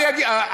אני אגיד לך.